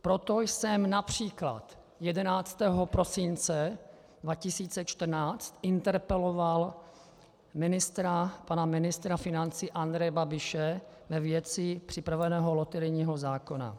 Proto jsem například 11. prosince 2014 interpeloval pana ministra financí Andreje Babiše ve věci připravovaného loterijního zákona.